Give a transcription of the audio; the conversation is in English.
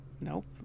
Nope